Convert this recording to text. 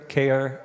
care